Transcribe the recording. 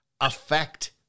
affect